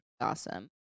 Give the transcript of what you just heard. awesome